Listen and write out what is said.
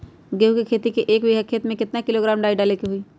गेहूं के खेती में एक बीघा खेत में केतना किलोग्राम डाई डाले के होई?